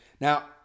Now